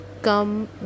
come